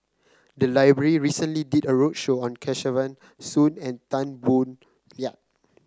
the library recently did a roadshow on Kesavan Soon and Tan Boo Liat